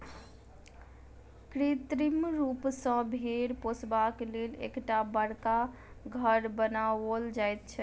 कृत्रिम रूप सॅ भेंड़ पोसबाक लेल एकटा बड़का घर बनाओल जाइत छै